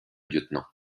lieutenant